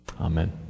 Amen